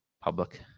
public